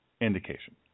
indication